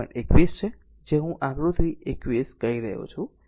21 છે જે હું આકૃતિ 21 કહી રહ્યો છું